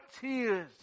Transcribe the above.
tears